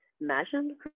imagine